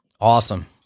Awesome